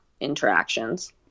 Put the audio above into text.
interactions